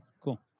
Cool